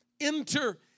enter